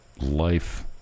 life